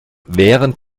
während